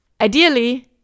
Ideally